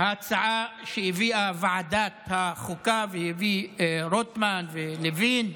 ההצעה שהביאה ועדת החוקה והביאו רוטמן ולוין,